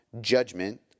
judgment